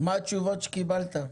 מה התשובות שקיבלת?